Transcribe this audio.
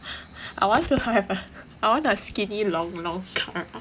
I want to have a I want to have skinny long long kara